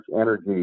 energy